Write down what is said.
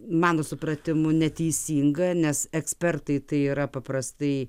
mano supratimu neteisinga nes ekspertai tai yra paprastai